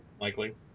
likely